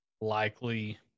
likely